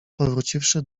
powróciwszy